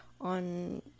on